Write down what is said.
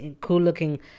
cool-looking